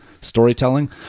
storytelling